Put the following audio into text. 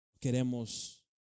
queremos